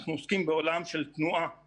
אנחנו עוסקים בעולם של תנועה,